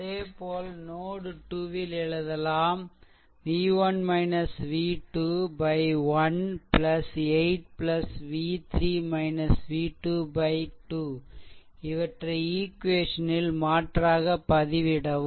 அதேபோல் நோட் 2 ல் எழுதலாம் v1 v2 1 8 v3 v2 2 இவற்றை ஈக்வேசன் ல் மாற்றாக பதிவிடவும்